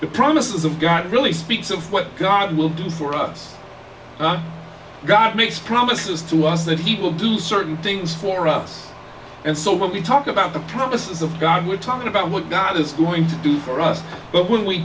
the promise got it really speaks of what god will do for us god makes promises to us that he will do certain things for us and so when we talk about the promises of god we're talking about what not it's going to do for us but when we